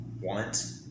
want